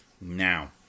Now